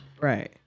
Right